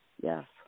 Yes